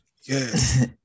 Yes